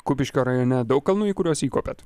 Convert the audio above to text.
kupiškio rajone daug kalnų į kuriuos įkopėt